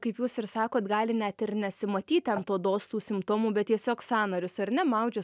kaip jūs ir sakot gali net ir nesimatyti ant odos tų simptomų bet tiesiog sąnarius ar ne maudžia